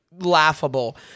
laughable